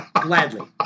Gladly